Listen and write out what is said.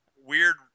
Weird